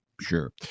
Sure